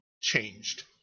changed